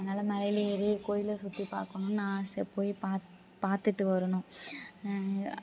அதனால மலையில் ஏறி கோவில்ல சுற்றி பார்க்கணுன்னு ஆசை போய் பார்த்து பார்த்துட்டு வரணும்